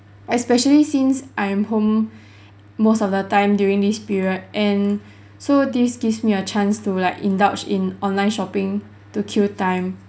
especially since I am home most of the time during this period and so this gives me a chance to like indulge in online shopping to kill time